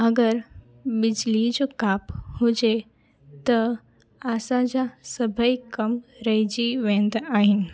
अगरि बिजली जो कमु हुजे त असांजा सभेई कमु रहजी वेंदा आहिनि